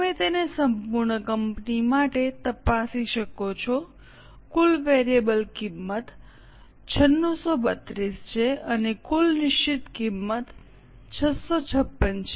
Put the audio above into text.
તમે તેને સંપૂર્ણ કંપની માટે તપાસી શકો છો કુલ વેરીએબલ કિંમત 9632 છે અને કુલ નિશ્ચિત કિંમત 656 છે